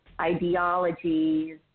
ideologies